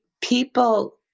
people